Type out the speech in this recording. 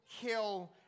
kill